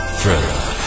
Thriller